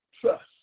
trust